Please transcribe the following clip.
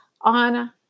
on